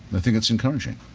i think it's encouraging.